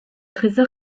trésor